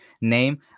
name